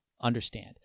understand